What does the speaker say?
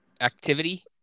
activity